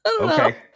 okay